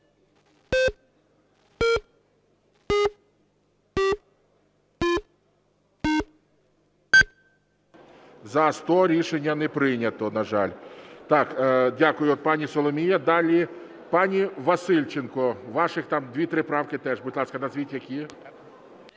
За-100 Рішення не прийнято. На жаль. Так, дякую, пані Соломія. Далі пані Васильченко. Ваших дві-три правки теж. Будь ласка, назвіть, які?